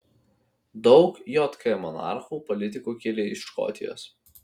daug jk monarchų politikų kilę iš škotijos